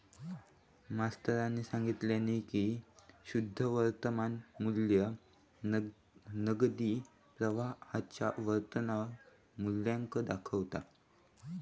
मास्तरानी सांगितल्यानी की शुद्ध वर्तमान मू्ल्य नगदी प्रवाहाच्या वर्तमान मुल्याक दाखवता